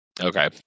Okay